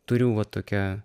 turiu va tokią